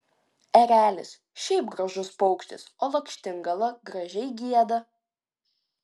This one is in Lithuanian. erelis šiaip gražus paukštis o lakštingala gražiai gieda